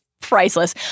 priceless